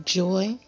joy